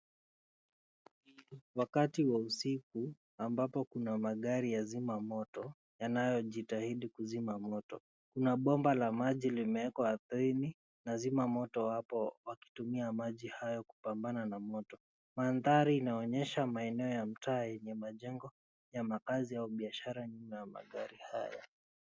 Ni wakati wa usiku ambapo kuna magari ya zima moto yanayojitahidi kuzima moto. Kuna bomba la maji limewekwa apreni na zima moto wapo wakitumia maji hayo kupambana na moto. Mandhari inaonyesha maeneo ya mtaa yenye majengo ya makazi au biashara nyuma ya magari haya.